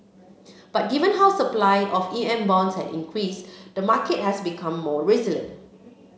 but given how supply of E M bonds has increased the market has become more resilient